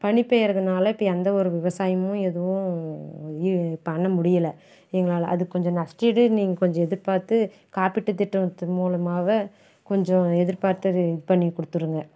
பனி பெய்கிறதுனால இப்போ எந்த ஒரு விவசாயமும் எதுவும் இ பண்ண முடியலை எங்களால் அதுக்கு கொஞ்சம் நஷ்ட ஈடு நீங்கள் கொஞ்சம் எதிர்பார்த்து காப்பீட்டுத் திட்டத்தின் மூலமாகவே கொஞ்சம் எதிர்பார்த்தது இது பண்ணிக் கொடுத்துருங்க